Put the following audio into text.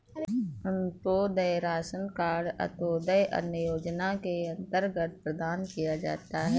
Antyodaya ration card अंत्योदय अन्न योजना के अंतर्गत प्रदान किया जाता है